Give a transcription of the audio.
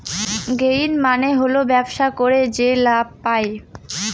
gain মানে হল ব্যবসা করে যে লাভ পায়